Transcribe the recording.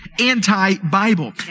anti-Bible